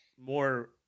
more